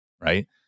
right